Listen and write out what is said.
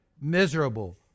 miserable